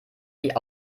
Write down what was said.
die